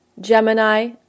Gemini